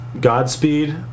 Godspeed